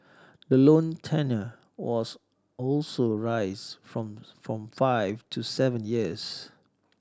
the loan tenure was also raised from from five to seven years